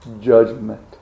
judgment